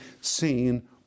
seen